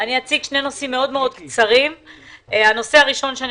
וביקשנו שעד